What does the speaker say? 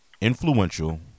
Influential